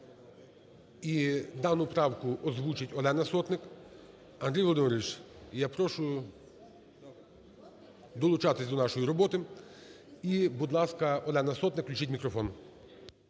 І дану правку озвучить Олена Сотник. Андрій Володимирович, я прошу долучатись до нашої роботи. І, будь ласка, Олена Сотник, включіть мікрофон.